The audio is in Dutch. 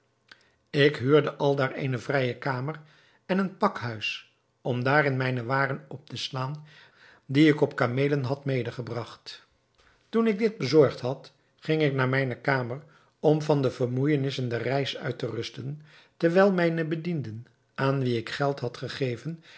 ik huurde aldaar eene vrije kamer en een pakhuis om daarin mijne waren op te slaan die ik op kameelen had mede gebragt toen ik dit bezorgd had ging ik naar mijne kamer om van de vermoeijenissen der reis uit te rusten terwijl mijne bedienden aan wie ik geld had gegeven